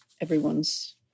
everyone's